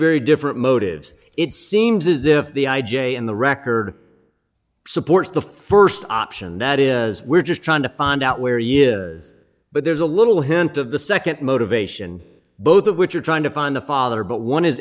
very different motives it seems as if the i j a in the record supports the st option that is we're just trying to find out where year but there's a little hint of the nd motivation both of which are trying to find the father but one is